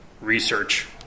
research